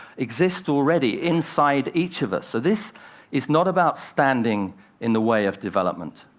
exist already, inside each of us. so this is not about standing in the way of development.